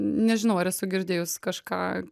nežinau ar esu girdėjus kažką